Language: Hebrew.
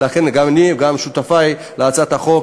לכן גם אני וגם שותפי להצעת החוק,